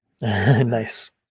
Nice